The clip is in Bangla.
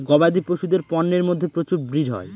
গবাদি পশুদের পন্যের মধ্যে প্রচুর ব্রিড হয়